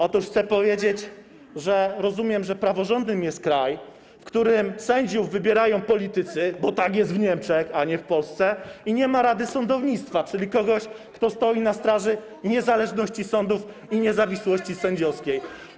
Otóż chcę powiedzieć, że rozumiem, że praworządnym jest kraj, w którym sędziów wybierają politycy, bo tak jest w Niemczech, a nie w Polsce, i nie ma rady sądownictwa, czyli kogoś, kto stoi na straży niezależności sądów i niezawisłości sędziowskiej.